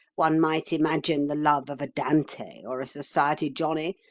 one might imagine the love of a dante or a society johnny,